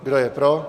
Kdo je pro?